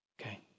okay